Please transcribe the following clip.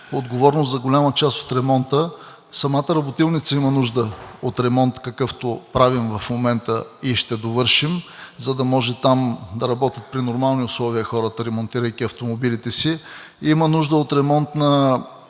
отговорност за голяма част от ремонта. Самата работилница има нужда от ремонт, какъвто правим в момента и ще довършим, за да може там да работят при нормални условия хората, ремонтирайки автомобилите си. Има нужда от ремонт на